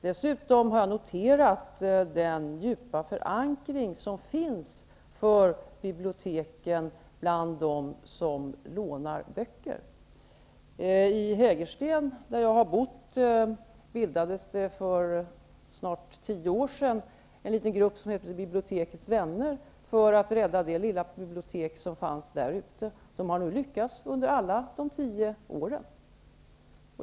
Dessutom har jag noterat den djupa förankring som finns för biblioteken bland dem som lånar böcker. I Hägersten, där jag har bott, bildades för snart tio år sedan en liten grupp, som kallade sig Bibliotekets Vänner, för att rädda det lilla bibliotek som fanns där, och man har under alla dessa tio år lyckats med detta.